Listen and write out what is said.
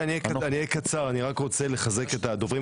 אני אהיה קצר: אני רק רוצה לחזק את הדוברים.